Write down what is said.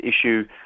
issue